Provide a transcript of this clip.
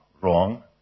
wrong